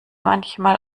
manchmal